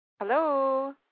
Hello